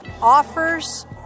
offers